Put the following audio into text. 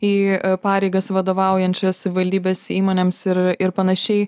į pareigas vadovaujančias savivaldybės įmonėms ir panašiai